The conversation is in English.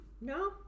No